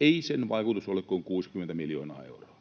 ei sen vaikutus ole kuin 60 miljoonaa euroa,